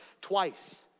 twice